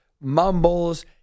mumbles